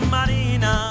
Marina